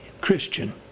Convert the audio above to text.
Christian